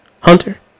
Hunter